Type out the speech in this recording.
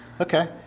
Okay